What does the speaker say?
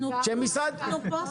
אנחנו כאן.